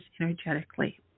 energetically